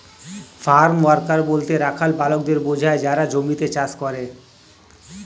farm worker বলতে রাখাল বালকদের বোঝায় যারা জমিতে চাষ করে